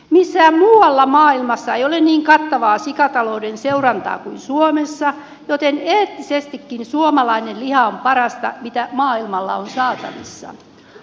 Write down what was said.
missään muualla maailmassa ei ole niin kattavaa sikatalouden seurantaa kuin suomessa joten eettisestikin suomalainen liha on parasta mitä maailmalla on saatavissa